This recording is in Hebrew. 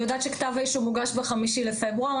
אני יודעת שכתב האישום הוגש ב-5 בפברואר.